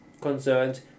concerned